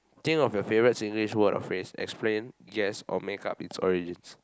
tale of your favourite Singlish word or phrase explain yes or make up its origins